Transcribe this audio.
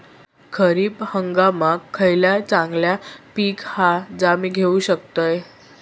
खरीप हंगामाक खयला चांगला पीक हा जा मी घेऊ शकतय?